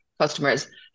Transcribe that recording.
customers